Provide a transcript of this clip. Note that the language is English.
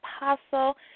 apostle